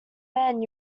man